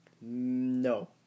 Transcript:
No